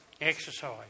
Exercise